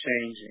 changing